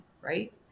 right